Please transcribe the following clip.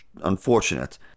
unfortunate